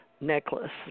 Necklace